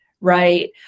Right